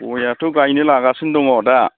गइयाथ' गाइनो लागासिनो दङ दा